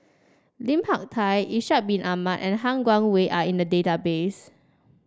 Lim Hak Tai Ishak Bin Ahmad and Han Guangwei are in the database